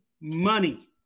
money